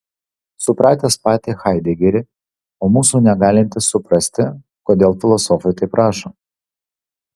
supratęs patį haidegerį o mūsų negalintis suprasti kodėl filosofai taip rašo